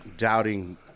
Doubting